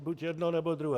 Buď jedno, nebo druhé.